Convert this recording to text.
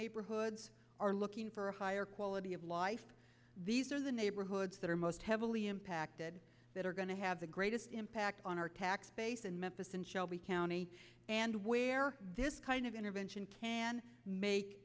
neighborhoods are looking for a higher quality of life these are the neighborhoods that are most heavily impacted that are going to have the greatest impact on our tax base in memphis and shelby county and where this kind of intervention can make